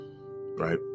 right